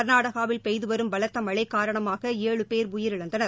கர்நாடகாவில் பெய்து வரும் பலத்த மழை காரணமாக ஏழு பேர் உயிரிழந்தனர்